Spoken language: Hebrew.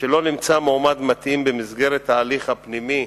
משלא נמצא מועמד מתאים במסגרת ההליך הפנימי,